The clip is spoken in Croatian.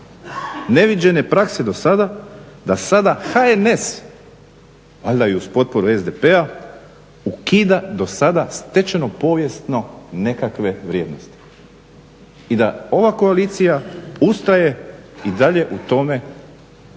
neviđene prakse do sada da sada HNS valjda i uz potporu SDP-a ukida do sada stečeno povijesno nekakve vrijednosti i da ova koalicija ustraje i dalje u tome da je